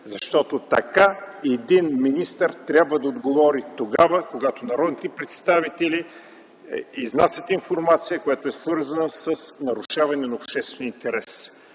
защото така един министър трябва да отговори тогава, когато народните представители изнасят информация, която е свързана с нарушаване на обществения интерес.